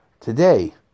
today